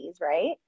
right